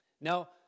Now